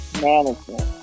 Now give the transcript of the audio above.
management